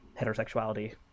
heterosexuality